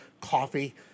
coffee